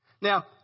Now